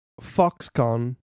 Foxconn